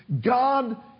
God